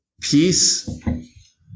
peace